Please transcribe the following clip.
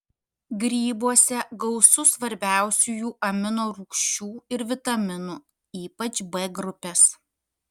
grybuose gausu svarbiausiųjų amino rūgščių ir vitaminų ypač b grupės